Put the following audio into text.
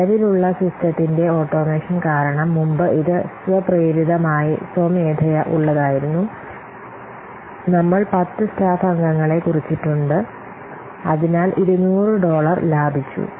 നിലവിലുള്ള സിസ്റ്റത്തിന്റെ ഓട്ടോമേഷൻ കാരണം മുമ്പ് ഇത് സ്വപ്രേരിതമായി സ്വമേധയാ ഉള്ളതായിരുന്നു നമ്മൾ 10 സ്റ്റാഫ് അംഗങ്ങളെ കുറച്ചിട്ടുണ്ട് അതിനാൽ 200 ഡോളർ ലാഭിച്ചു